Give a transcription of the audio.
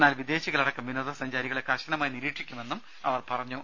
എന്നാൽ വിദേശികളടക്കം വിനോദസഞ്ചാരികളെ കർശനമായി നിരീക്ഷിക്കുമെന്നും അവർ പറ ഞ്ഞു